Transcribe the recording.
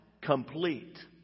complete